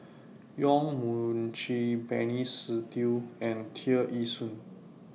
Yong Mun Chee Benny Se Teo and Tear Ee Soon